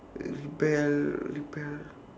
uh rebel rebel